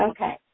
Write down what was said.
Okay